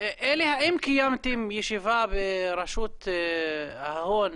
האם קיימתם ישיבה ברשות ההון,